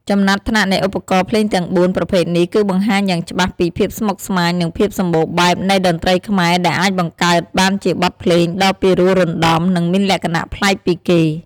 ចំណាត់ថ្នាក់នៃឧបករណ៍ភ្លេងទាំង ៤ ប្រភេទនេះ គឺបង្ហាញយ៉ាងច្បាស់ពីភាពស្មុគស្មាញ និងភាពសម្បូរបែបនៃតន្ត្រីខ្មែរ ដែលអាចបង្កើតបានជាបទភ្លេងដ៏ពីរោះរណ្តំ និងមានលក្ខណៈប្លែកពីគេ។